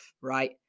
right